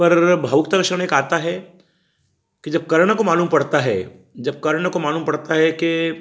पर भावुकता रस होने का आता है कि जब कर्ण को मालूम पड़ता है जब कर्ण को मालूम पड़ता है कि